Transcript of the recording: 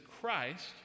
Christ